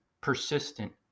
persistent